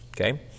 okay